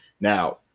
Now